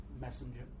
messenger